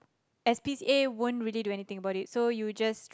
s_p_c_a wouldn't really do anything about it so you just